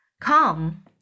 Come